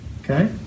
Okay